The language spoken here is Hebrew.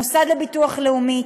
המוסד לביטוח לאומי,